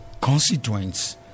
constituents